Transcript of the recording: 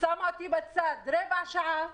שמה אותי בצד רבע שעה,